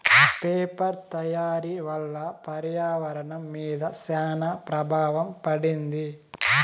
paper తయారీ వల్ల పర్యావరణం మీద శ్యాన ప్రభావం పడింది